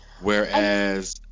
Whereas